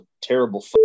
terrible